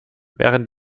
während